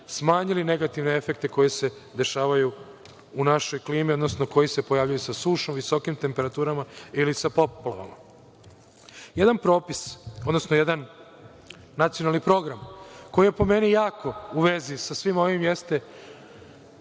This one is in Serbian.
smanjili negativne efekte koji se dešavaju u našoj klimi, odnosno koji se pojavljuju sa sušom, visokim temperaturama ili sa poplavama. Jedan propis, odnosno jedan nacionalni program, koji je po meni jako u vezi sa svim ovim, jeste